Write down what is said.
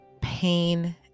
Pain